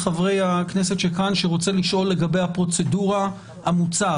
מחברי הכנסת שכאן שרוצה לשאול לגבי הפרוצדורה המוצעת.